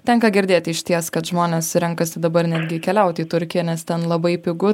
tenka girdėti išties kad žmonės renkasi dabar netgi keliauti į turkiją nes ten labai pigu